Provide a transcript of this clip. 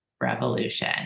revolution